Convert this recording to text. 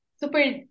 super